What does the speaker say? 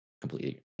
completely